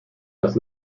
das